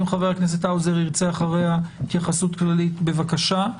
אם חבר הכנסת האוזר ירצה התייחסות כללית בבקשה.